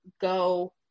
go